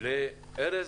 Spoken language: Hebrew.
הדיבור לארז.